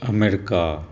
America